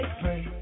pray